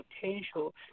potential